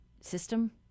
system